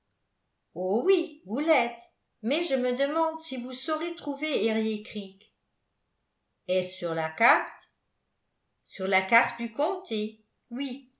doute oh oui vous l'êtes mais je me demande si vous saurez trouver eriécreek est-ce sur la carte sur la carte du comté oui